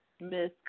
Miss